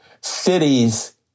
cities